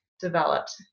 developed